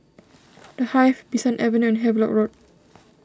the Hive Bee San Avenue and Havelock Road